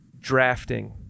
drafting